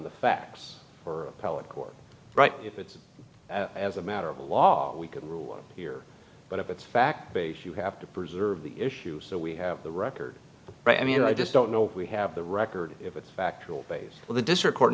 the facts for appellate court right if it's as a matter of law we can rule here but if it's fact based you have to preserve the issue so we have the record i mean i just don't know if we have the record if it's factual basis for the district court